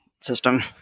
system